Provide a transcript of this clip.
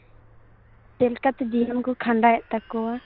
ᱪᱮᱫᱞᱮᱠᱟᱛᱮ ᱡᱤᱭᱚᱱ ᱠᱚ ᱠᱷᱟᱸᱰᱟᱣᱮᱫ ᱛᱟᱠᱚᱣᱟ